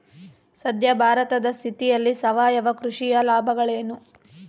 ಸದ್ಯ ಭಾರತದ ಸ್ಥಿತಿಯಲ್ಲಿ ಸಾವಯವ ಕೃಷಿಯ ಲಾಭಗಳೇನು?